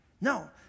No